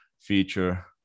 feature